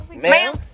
ma'am